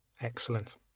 excellent